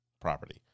property